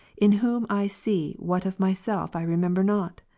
in whom i see what of myself i remember not?